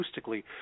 acoustically